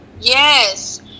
yes